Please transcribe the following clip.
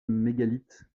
mégalithes